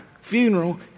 funeral